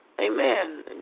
amen